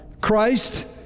Christ